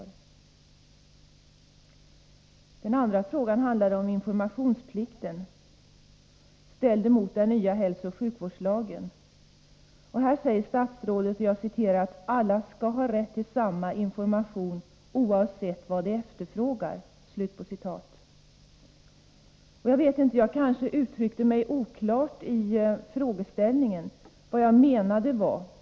Den andra frågan i min interpellation handlade om informationsplikten ställd mot den nya hälsooch sjukvårdslagen. I svaret säger statsrådet att ”alla skall ha rätt till samma slags information, oavsett om de särskilt frågar efter den eller inte”. Jag vet inte om jag uttryckte mig oklart i frågeställningen. Vad jag menade var följande.